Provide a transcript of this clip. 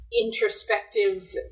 introspective